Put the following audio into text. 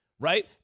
Right